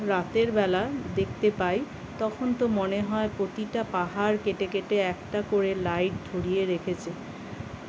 রাতের বেলা দেখতে পাই তখন তো মনে হয় প্রতিটা পাহাড় কেটে কেটে একটা করে লাইট ধরিয়ে রেখেছে